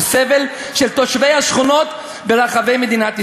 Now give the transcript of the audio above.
סבל של תושבי השכונות ברחבי מדינת ישראל.